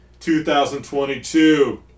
2022